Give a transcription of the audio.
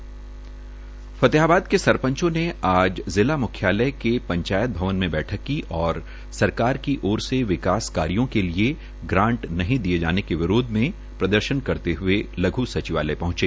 of Fatehabad के सरपंचों ने आज जिला मुख्यालय के पंचायत भवन में बैठक की और सरकार की ओर से विकास कार्यो के लिये ग्रांट नहीं दिये जाने के विरोध में प्रदर्शन करते हुए लघ् सचिवालय पहुंचे